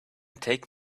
take